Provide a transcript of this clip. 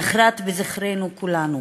נחרת בזיכרון של כולנו.